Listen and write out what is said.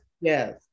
Yes